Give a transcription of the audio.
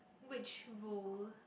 which rule